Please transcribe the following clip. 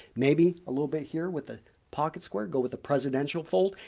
maybe a little bit here with a pocket square go with the presidential fold.